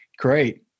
great